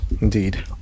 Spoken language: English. indeed